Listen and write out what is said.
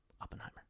Oppenheimer